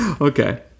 Okay